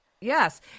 Yes